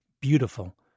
beautiful